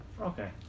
okay